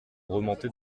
remontait